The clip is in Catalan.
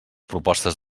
propostes